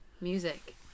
music